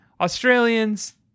Australians